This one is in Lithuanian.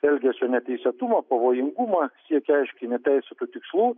elgesio neteisėtumą pavojingumą siekia aiškiai neteisėtų tikslų